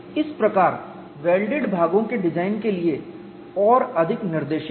इस प्रकार वेल्डेड भागों के डिजाइन के लिए और अधिक निर्देशित है